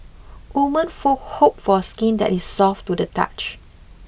women for hope for skin that is soft to the touch